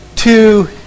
two